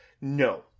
No